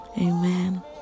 amen